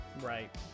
Right